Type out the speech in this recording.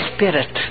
Spirit